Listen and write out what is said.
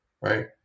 right